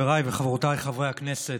חברי הכנסת,